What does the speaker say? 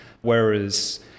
Whereas